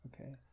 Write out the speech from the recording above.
Okay